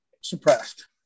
suppressed